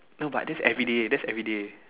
no but that's everyday that's everyday